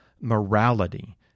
Morality